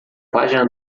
página